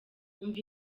umva